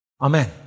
Amen